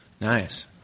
Nice